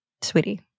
sweetie